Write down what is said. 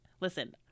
listen